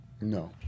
no